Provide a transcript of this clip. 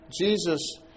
Jesus